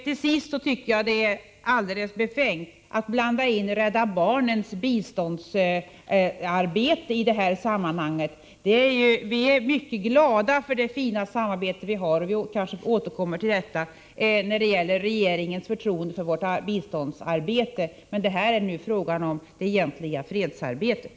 Till sist vill jag säga att jag tycker det är alldeles befängt att blanda in Rädda barnens biståndsarbete i det här sammanhanget. Vi är mycket glada för det fina samarbete vi har med regeringen — och jag får kanske tillfälle att återkomma till det — liksom för regeringens förtroende för vårt biståndsarbete, men vad det här är fråga om är det egentliga fredsarbetet.